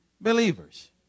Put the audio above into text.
believers